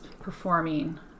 performing